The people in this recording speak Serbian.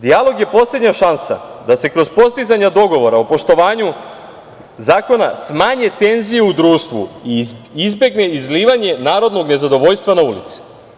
Dijalog je poslednja šansa da se kroz postizanje dogovora o poštovanju zakona smanje tenzije u društvu i izbegne izlivanje narodnog nezadovoljstva na ulice.